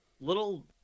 little